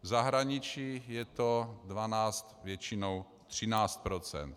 V zahraničí je to 12, většinou 13 %.